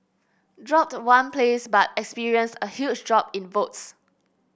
dropped one place but experienced a huge drop in votes